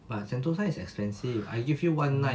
but sentosa is expensive I give you one night